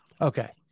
Okay